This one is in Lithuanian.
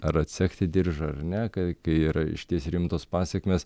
ar atsegti diržą ar ne kai kai yra išties rimtos pasekmės